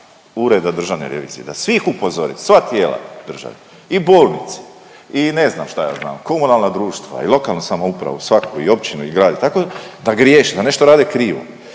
Ureda Državne revizije da svih upozore, sva tijela države i bolnice i ne znam, šta ja znam, komunalna društva i lokalnu samoupravu svaku, i općinu i grad i tako, da griješe, da nešto rade krivo